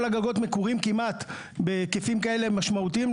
הגגות מקורים כמעט בהיקפים כאלה משמעותיים,